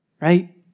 Right